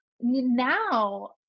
now